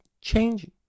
changing